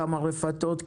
כמה רפתות,